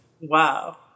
wow